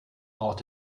braucht